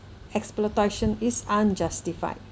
exploitation is unjustified